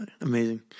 Amazing